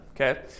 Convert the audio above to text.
okay